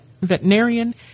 veterinarian